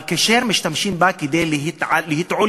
אבל כאשר משתמשים בה כדי להתעלל,